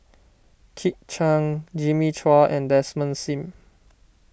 Kit Chan Jimmy Chua and Desmond Sim